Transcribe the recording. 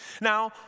Now